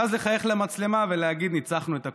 ואז לחייך למצלמה ולהגיד: ניצחנו את הקורונה.